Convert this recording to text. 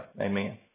Amen